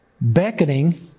beckoning